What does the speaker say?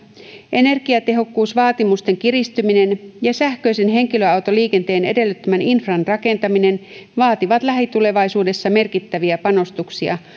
energiatehokkuusvaatimusten kiristyminen ja sähköisen henkilöautoliikenteen edellyttämän infran rakentaminen vaativat lähitulevaisuudessa merkittäviä panostuksia